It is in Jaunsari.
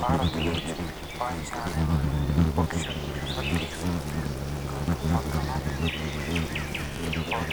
भारत मुझ पाए जाने वाली सटीक संख्या का तो पता आती पर